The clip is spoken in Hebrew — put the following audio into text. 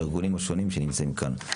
לארגונים השונים שנמצאים כאן.